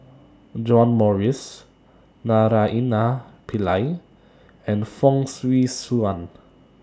John Morrice Naraina Pillai and Fong Swee Suan